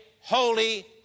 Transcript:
holy